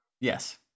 Yes